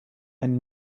and